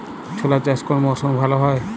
ছোলা চাষ কোন মরশুমে ভালো হয়?